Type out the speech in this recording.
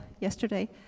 yesterday